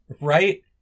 Right